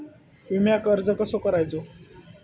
विम्याक अर्ज कसो करायचो?